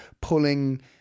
pulling